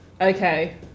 Okay